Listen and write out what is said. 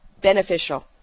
beneficial